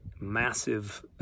massive